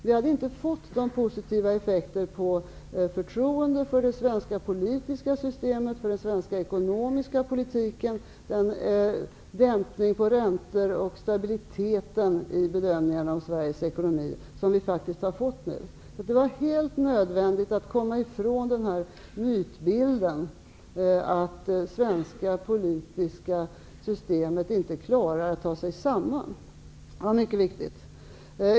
Vi hade inte fått de positiva effekter på förtroendet för det svenska politiska systemet och för den svenska ekonomiska politiken, den dämpning av räntorna och den stabilitet i bedömningarna av Sveriges ekonomi som vi faktiskt har fått nu. Det var helt nödvändigt att komma ifrån mytbilden att det svenska politiska systemet inte klarar att ta sig samman. Det var mycket viktigt.